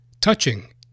touching